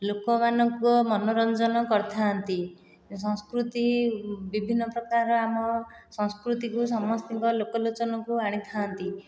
ଲୋକମାନଙ୍କ ମନୋରଞ୍ଜନ କରିଥାନ୍ତି ସଂସ୍କୃତି ବିଭିନ୍ନ ପ୍ରକାରର ଆମ ସଂସ୍କୃତିକୁ ସମସ୍ତଙ୍କ ଲୋକଲୋଚନକୁ ଆଣିଥାନ୍ତି